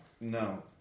No